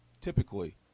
typically